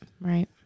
Right